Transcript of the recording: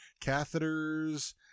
catheters